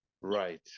Right